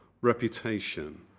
reputation